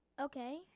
Okay